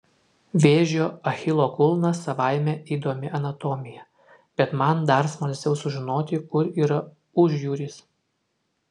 vėžio achilo kulnas savaime įdomi anatomija bet man dar smalsiau sužinoti kur yra užjūris